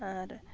ᱟᱨ